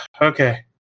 okay